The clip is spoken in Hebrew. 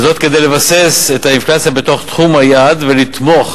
וזאת כדי לבסס את האינפלציה בתוך תחום היעד ולתמוך